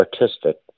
artistic